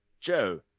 Joe